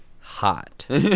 Hot